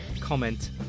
comment